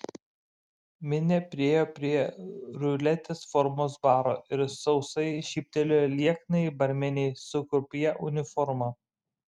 minė priėjo prie ruletės formos baro ir sausai šyptelėjo lieknai barmenei su krupjė uniforma